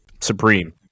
supreme